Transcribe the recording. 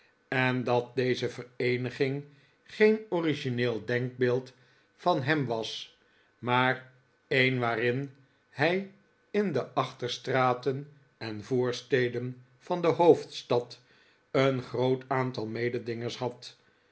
en dat deze vereeniging geen origineel denkbeeld van hem was maar een waarin hij in de achterstraten en voorsteden van de hoofdstad een groot aantal mededingers had